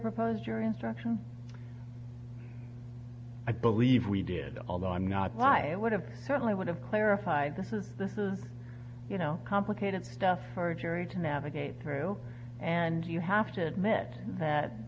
proposed jury instruction i believe we did although i'm not why it would have certainly would have clarified this is the you know complicated stuff for a jury to navigate through and you have to admit that